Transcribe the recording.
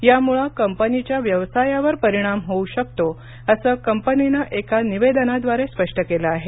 यामुळे कंपनीच्या व्यवसायावर परिणाम होऊ शकतो असं कंपनीनं एका निवेदनाद्वारे स्पष्ट केलं आहे